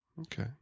Okay